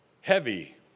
heavy